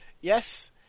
Yes